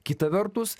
kita vertus